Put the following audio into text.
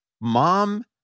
mom